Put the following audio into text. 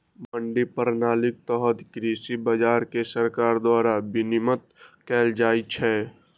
मंडी प्रणालीक तहत कृषि बाजार कें सरकार द्वारा विनियमित कैल जाइ छै